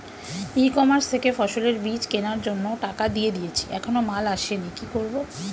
ই commerce থেকে ফসলের বীজ কেনার জন্য টাকা দিয়ে দিয়েছি এখনো মাল আসেনি কি করব?